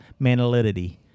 Manalidity